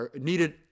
needed